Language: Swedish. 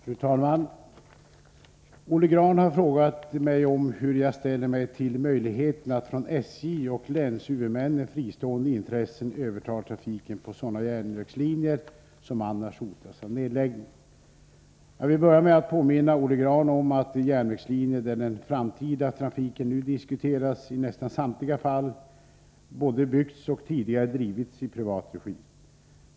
Fru talman! Olle Grahn har frågat mig om hur jag ställer mig till möjligheten att från SJ och länshuvudmännen fristående intressen övertar trafiken på sådana järnvägslinjer som annars hotas av nedläggning. Jag vill börja med att påminna Olle Grahn om att de järnvägslinjer där den framtida trafiken nu diskuteras i nästan samtliga fall både byggts och tidigare drivits i privat regi.